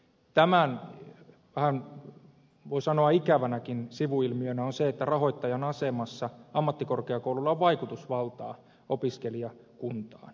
tämän vähän voi sanoa ikävänäkin sivuilmiönä on se että rahoittajan asemassa ammattikorkeakoululla on vaikutusvaltaa opiskelijakuntaan